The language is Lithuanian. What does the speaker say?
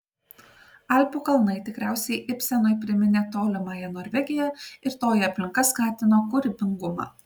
alpių kalnai tikriausiai ibsenui priminė tolimąją norvegiją ir toji aplinka skatino kūrybingumą